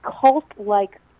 cult-like